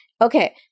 Okay